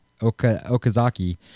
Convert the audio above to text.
Okazaki